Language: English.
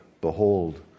Behold